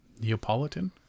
Neapolitan